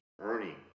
earning